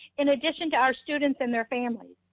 in addition to our students and their families.